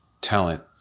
talent